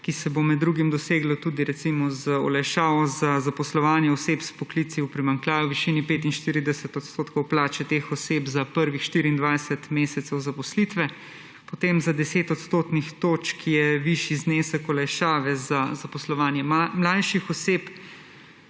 ki se bo med drugim doseglo tudi z olajšavo za zaposlovanje oseb s poklici v primanjkljaju v višini 45 % plače teh oseb za prvih 24 mesecev zaposlitve, je za 10 odstotnih točk višji znesek olajšave za zaposlovanje mlajših oseb,